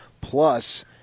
plus